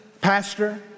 pastor